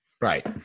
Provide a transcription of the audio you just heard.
Right